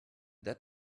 that